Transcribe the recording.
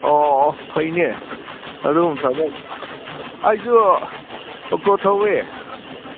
ꯑꯣ ꯑꯣ ꯐꯩꯅꯦ ꯑꯗꯨꯒꯨꯝꯕ ꯊꯕꯛ ꯑꯩꯁꯨ ꯑꯣꯇꯣ ꯊꯧꯋꯦ